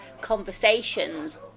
conversations